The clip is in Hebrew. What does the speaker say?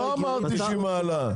היא --- לא אמרתי שהיא מעלה.